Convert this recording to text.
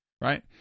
right